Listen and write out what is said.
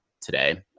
today